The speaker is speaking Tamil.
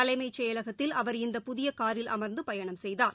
தலைமைச் செயலகத்தில் அவர் இந்த புதியகாரில் அமர்ந்துபயணம் செய்தார்